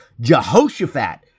Jehoshaphat